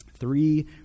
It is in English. three